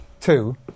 Two